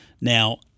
Now